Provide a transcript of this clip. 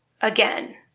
again